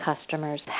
customers